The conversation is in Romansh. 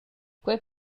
quei